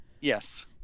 Yes